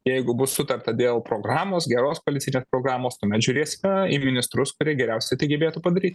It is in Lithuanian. jeigu bus sutarta dėl programos geros koalicinės programos tuomet žiūrėsime į ministrus kurie geriausiai tai gebėtų padaryt